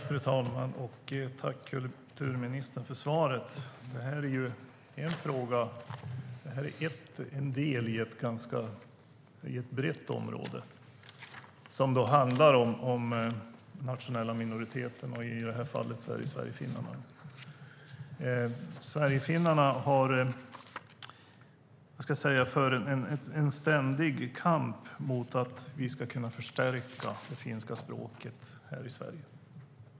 Fru talman! Tack, kulturministern, för svaret. Den här frågan är del av ett ganska brett område som handlar om nationella minoriteter, och i det här fallet gäller det sverigefinnarna. Sverigefinnarna för en ständig kamp för att förstärka det finska språket här i Sverige.